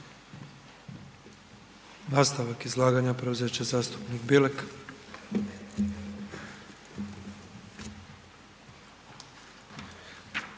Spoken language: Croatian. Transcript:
Nastavak izlaganja preuzet će zastupnik Bilek.